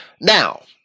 Now